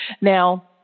Now